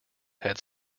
had